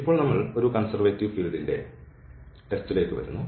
ഇപ്പോൾ നമ്മൾ ഒരു കൺസെർവേറ്റീവ് ഫീൽഡിൻറെ എൻറെ ടെസ്റ്റിലേക്ക് വരും